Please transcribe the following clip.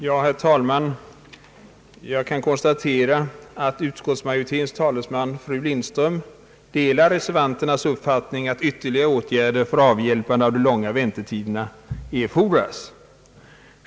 Herr talman! Jag konstaterar att utskottets talesman fru Lindström delar reservanternas uppfattning att ytterligare åtgärder för avhjälpande av de långa väntetiderna erfordras.